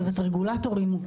צוות רגולטורים,